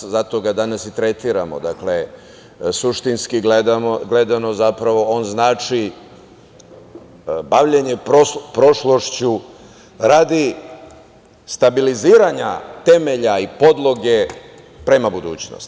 zato ga danas i tretiramo, suštinski gledano, zapravo, on znači bavljenje prošlošću radi stabiliziranja temelja i podloge prema budućnosti.